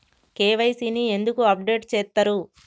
KYC ని ఎందుకు update చేత్తరు?